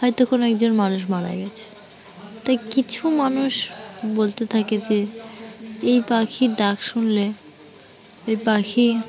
হয়তো কোনো একজন মানুষ মারা গেছে তাই কিছু মানুষ বলতে থাকে যে এই পাখির ডাক শুনলে এই পাখি